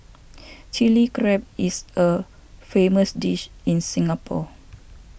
Chilli Crab is a famous dish in Singapore